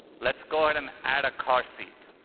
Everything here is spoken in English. let's go ahead and add a car seat.